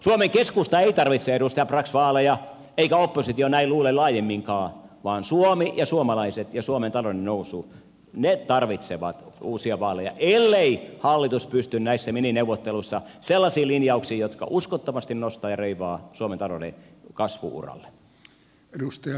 suomen keskusta ei tarvitse edustaja brax vaaleja eikä oppositio näin luule laajemminkaan vaan suomi ja suomalaiset ja suomen taloudellinen nousu tarvitsevat uusia vaaleja ellei hallitus pysty näissä minineuvotteluissa sellaisiin linjauksiin jotka uskottavasti nostavat ja reivaavat suomen talouden kasvu uralle